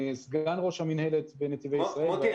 סגן ראש המינהלת בנתיבי ישראל --- מוטי,